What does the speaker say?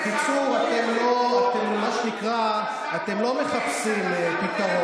ושניהם דרשו לפתוח